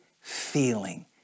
feeling